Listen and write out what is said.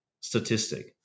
statistic